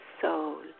soul